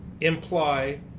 imply